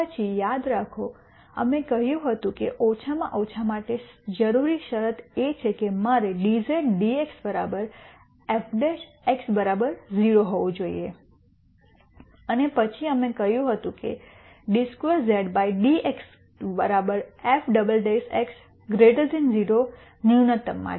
પછી યાદ રાખો કે અમે કહ્યું હતું કે ઓછામાં ઓછા માટે જરૂરી શરત એ છે કે મારે dz dx f 0 હોવું જોઈએ અને પછી અમે કહ્યું d2z dx2 f" ન્યુનત્તમ માટે